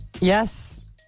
Yes